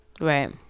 Right